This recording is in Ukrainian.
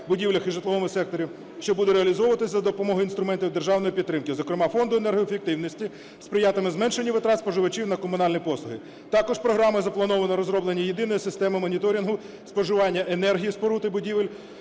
будівлях і житловому секторі, що буде реалізовуватись за допомогою інструментів державної підтримки, зокрема фонду енергоефективності, сприятиме зменшенню витрат споживачів на комунальні послуги. Також програмою заплановано розроблення єдиної системи моніторингу споживання енергії споруд і будівель